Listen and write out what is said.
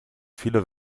viele